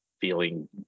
feeling